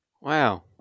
Wow